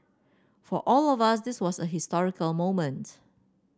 for all of us this was a historical moment